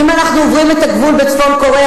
אם אנחנו עוברים את הגבול בצפון-קוריאה,